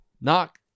Knock